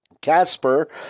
Casper